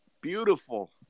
beautiful